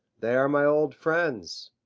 they are my old friends.